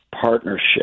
partnership